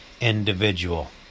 individual